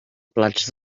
plats